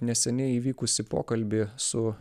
neseniai įvykusį pokalbį su